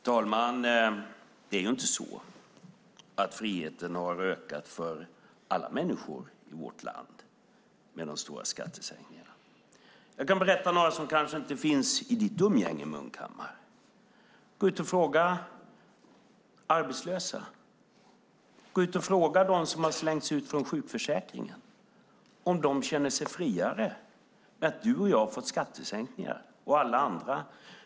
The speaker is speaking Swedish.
Herr talman! Det är ju inte så att friheten har ökat för alla människor i vårt land med de stora skattesänkningarna. Jag kan berätta om några som kanske inte finns i ditt umgänge, Johnny Munkhammar. Gå ut och fråga arbetslösa! Gå ut och fråga dem som har slängts ut från sjukförsäkringen om de känner sig friare för att du och jag har fått skattesänkningar.